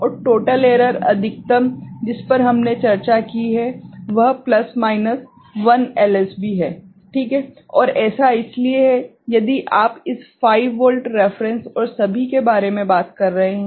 और total error अधिकतम जिस पर हमने चर्चा की है वह प्लस माइनस 1 एलएसबी है ठीक है और ऐसा इसलिए है यदि आप इस 5 वोल्ट रेफेरेंस और सभी के बारे में बात कर रहे हैं